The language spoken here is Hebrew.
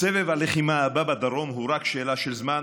סבב הלחימה הבא בדרום הוא רק שאלה של זמן,